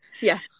yes